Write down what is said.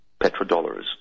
petrodollars